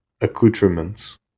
accoutrements